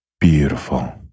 Beautiful